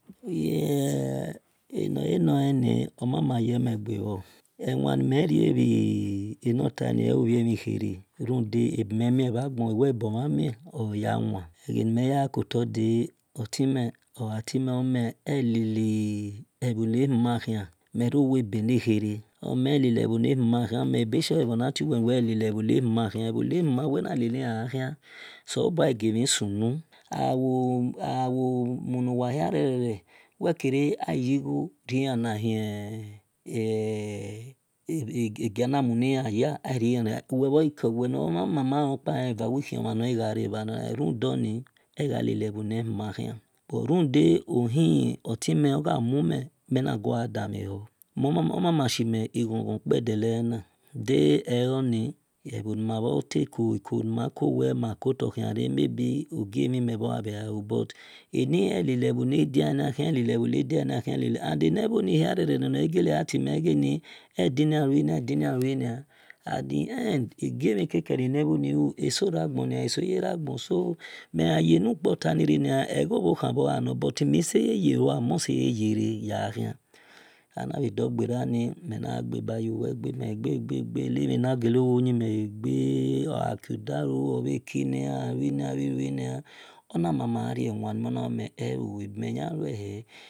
naira orni omama yeme qave ewonimerae banatani ọovamikre rudi abimeme vaqa aweabuvami oyiwio eqanimayikobada otwime oha twemi owe elali e evonahoma hin merawaebe nikher oume elale vonahoma hin oweme a bushe oavnatwe welalivonahoma hin ehonahoma wenalalinahin oseleboa eqamisumu awọ awomuna wahirere wikare ayi iguo rayanae a avie hamuniyeha aryenakhre wegahika wemama-viqpa hieva wihimano ji earavava eomoduni egalilevo nahimahi udaohie twemi ogamumi minagadamahio omamashimi qhon-qhon upadalena dae ini ewonima vecowe macata wira maybe ojiemi miavaau but anihie lalevo nadiana hiy nataleva nadiana mie and aniwonihrere nagalehitami egani edinawuna wina atothe end ajiemikike nannwoniu asuragana asuyeraga asu megayeupọtaniran: ewhohivogana but mesayea moseyeyera yehina anivadogarani menagabauwaga mega gaga naminagale woyemiagae e ogakuduouwe pvakini owini wini onamama arawiname o nawime éọ ebemihiwae.